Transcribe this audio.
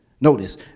notice